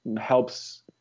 helps